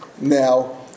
now